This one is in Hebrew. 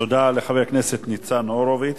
תודה לחבר הכנסת ניצן הורוביץ.